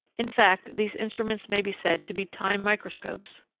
in fact, these instruments may be said to be time-microscopes.